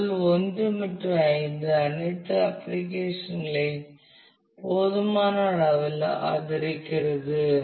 level 1 மற்றும் 5 அனைத்து அப்ளிகேஷன்களையும் போதுமான அளவில் ஆதரிக்கிறது